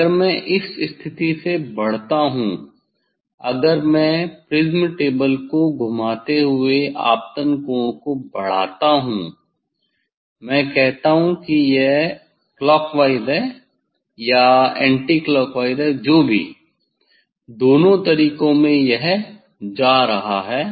अगर मैं इस स्थिति से बढ़ता हूं अगर मैं प्रिज्म टेबल को घुमाते हुए आपतन कोण को बढ़ाता हूं मैं कहता हूँ कि यह क्लॉकवाइज है या एंटीक्लॉकवाइज है जो भी दोनों तरीकों मैं यह जा रहा है